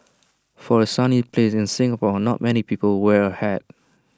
for A sunny place like Singapore not many people wear A hat